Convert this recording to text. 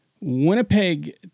Winnipeg